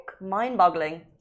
Mind-boggling